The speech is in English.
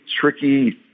tricky